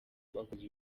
abakoze